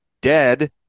dead